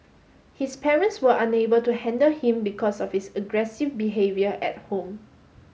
his parents were unable to handle him because of his aggressive behaviour at home